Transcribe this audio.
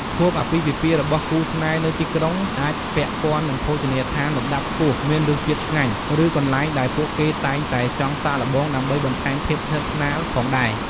ខួបអាពាហ៍ពិពាហ៍របស់គូស្នេហ៍នៅទីក្រុងអាចពាក់ព័ន្ធនឹងភោជនីយដ្ឋានលំដាប់ខ្ពស់ មានរសជាតិឆ្ងាញ់ ឬកន្លែងដែលពួកគេតែងតែចង់សាកល្បងដើម្បីបន្ថែមភាពស្និតស្នាលផងដែរ។